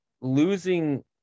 losing